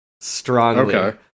strongly